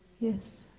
yes